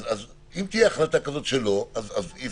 אז אם תהיה החלטה שאסורה התקהלות כזו אז אי